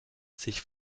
sich